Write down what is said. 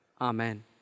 Amen